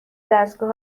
دستگاه